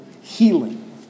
healing